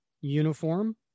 uniform